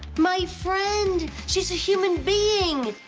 my friend. she's a human being.